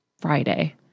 Friday